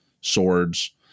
swords